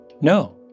no